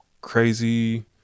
crazy